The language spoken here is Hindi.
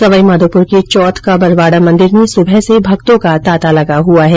सवाईमाघोपूर के चौथ के बरवाडा मंदिर में सुबह से भक्तों का तांता लगा हुआ है